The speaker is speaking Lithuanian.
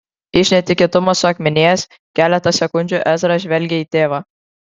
iš netikėtumo suakmenėjęs keletą sekundžių ezra žvelgė į tėvą